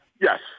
yes